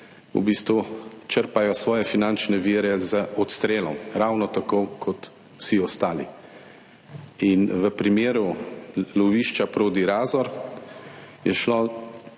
v bistvu črpajo svoje finančne vire z odstrelom, ravno tako kot vsi ostali. V primeru lovišča Prodi Razor je šlo